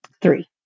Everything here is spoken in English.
Three